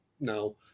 No